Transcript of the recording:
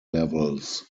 levels